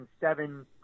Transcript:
seven